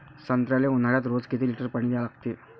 संत्र्याले ऊन्हाळ्यात रोज किती लीटर पानी द्या लागते?